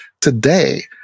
today